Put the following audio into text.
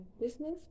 business